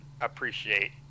appreciate